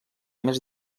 més